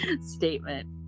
statement